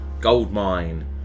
Goldmine